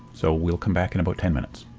so, we'll come back in about ten minutes.